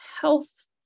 health